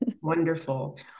Wonderful